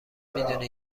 میدونی